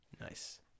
Nice